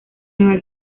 nueva